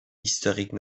historique